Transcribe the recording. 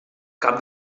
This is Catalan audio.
cap